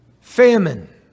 famine